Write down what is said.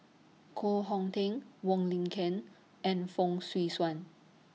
Koh Hong Teng Wong Lin Ken and Fong Swee Suan